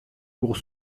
pour